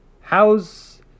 How's